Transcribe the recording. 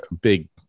big